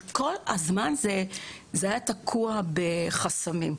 אבל כל הזמן זה היה תקוע בחסמים.